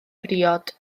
briod